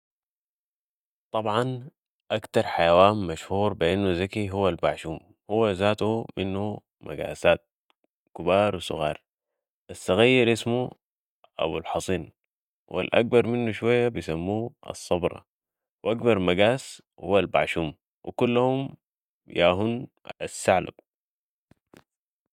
طبعاً اكتر حيوان مشهور بي انو ذكي هو البعشوم ، هو زاتو في منه مقاسات كبار و صغار الصغير اسمه ابو الحصين و الاكبر منه شوية بيسموه الصبرة و اكبر مقاس هو البعشوم و كلهن ياهن الثعلب